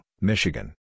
Michigan